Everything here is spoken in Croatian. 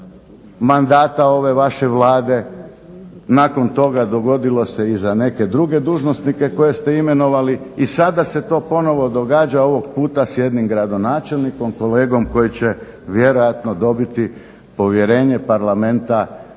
mandata ove vaše Vlade, nakon toga dogodilo se i za neke druge dužnosnike koje ste imenovali i sada se to ponovno događa. Ovog puta s jednim gradonačelnikom, kolegom koji je vjerojatno dobiti povjerenje Parlamenta